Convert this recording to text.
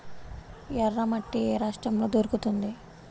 ఎర్రమట్టి ఏ రాష్ట్రంలో దొరుకుతుంది?